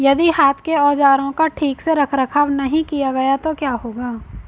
यदि हाथ के औजारों का ठीक से रखरखाव नहीं किया गया तो क्या होगा?